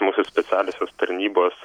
mūsų specialiosios tarnybos